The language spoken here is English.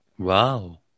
Wow